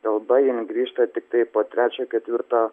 kalba jinai grįžta tiktai po trečio ketvirto